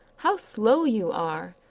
how slow you are!